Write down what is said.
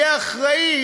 יהיה אחראי,